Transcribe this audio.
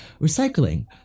recycling